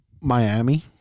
Miami